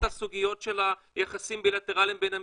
הסוגיות של היחסים הבי-לטראליים בין המדינות.